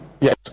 Yes